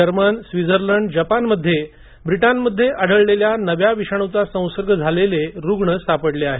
German Switzerland आणि जपानमध्ये ब्रिटनमध्ये आढळलेल्या नव्या विषाणूचा संसर्ग झालेले रुग्ण सापडले आहेत